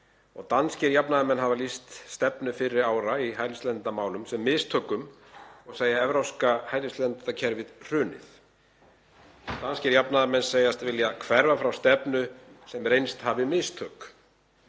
Danskir jafnaðarmenn hafa lýst stefnu fyrri ára í hælisleitendamálum sem mistökum og segja evrópska hælisleitendakerfið hrunið. Danskir jafnaðarmenn segjast vilja hverfa frá stefnu sem reynst hafi mistök.